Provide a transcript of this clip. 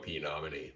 nominee